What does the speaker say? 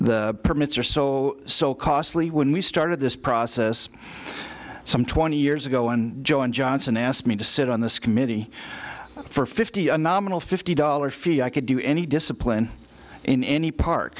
the permits are so so costly when we started this process some twenty years ago and joe and johnson asked me to sit on this committee for fifty a nominal fee dollars fee i could do any discipline in any par